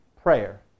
prayer